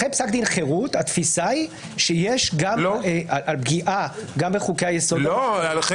אחרי פסק דין חירות התפיסה שהפגיעה גם בחוקי יסוד --- אחרי